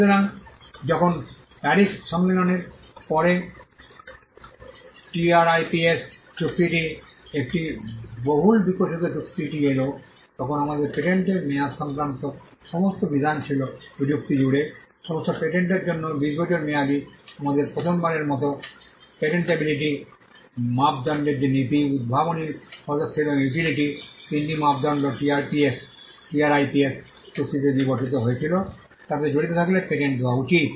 সুতরাং যখন প্যারিস সম্মেলনের পরে টিআরআইপিএস চুক্তিটি একটি বহুল বিকশিত চুক্তিটি এল তখন আমাদের পেটেন্টের মেয়াদ সংক্রান্ত সমস্ত বিধান ছিল প্রযুক্তি জুড়ে সমস্ত পেটেন্টের জন্য 20 বছর মেয়াদী আমাদের প্রথমবারের মতো পেটেন্টেটিবিলিটি মাপদণ্ডের যে নীতি উদ্ভাবনী পদক্ষেপ এবং ইউটিলিটি তিনটি মাপদণ্ড টিআরআইপিএস চুক্তিতে বিবর্তিত হয়েছিল তাতে জড়িত থাকলে পেটেন্ট দেওয়া উচিত